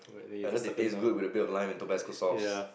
I heard they taste good with a bit of lime and tabasco sauce